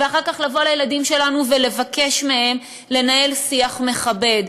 ואחר כך לבוא אל הילדים שלנו ולבקש מהם לנהל שיח מכבד,